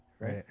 Right